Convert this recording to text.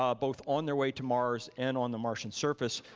um both on their way to mars and on the martian surface.